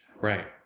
right